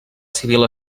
civil